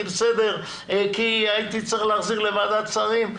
בסדר כי הייתי צריך להחזיר לוועדת שרים.